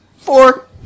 Four